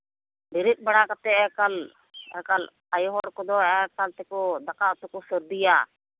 ᱵᱮᱨᱮᱫ ᱵᱟᱲᱟ ᱠᱟᱛᱮᱫ ᱮᱠᱟᱞ ᱮᱠᱟᱞ ᱟᱭᱳ ᱦᱚᱲ ᱠᱚᱫᱚ ᱮᱠᱟᱞ ᱛᱮᱠᱚ ᱫᱟᱠᱟ ᱩᱛᱩ ᱠᱚ ᱥᱟᱹᱨᱫᱤᱭᱟ